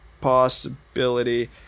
possibility